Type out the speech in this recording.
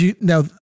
Now